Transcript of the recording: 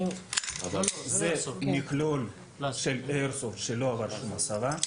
מציג מכלול של איירסופט שלא עבר שום הסבה.